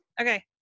okay